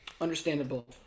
Understandable